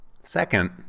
Second